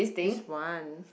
this one